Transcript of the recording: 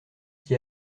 qui